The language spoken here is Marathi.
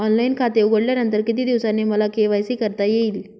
ऑनलाईन खाते उघडल्यानंतर किती दिवसांनी मला के.वाय.सी करता येईल?